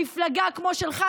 מפלגה כמו שלך,